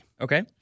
Okay